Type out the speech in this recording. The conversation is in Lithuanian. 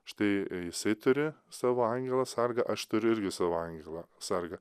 štai jisai turi savo angelą sargą aš turiu irgi savo angelą sargą